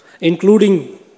including